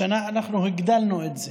השנה הגדלנו את זה.